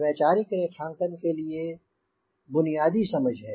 वैचारिक रेखांकन के लिए बुनियादी समझ है